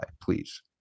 please